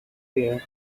fear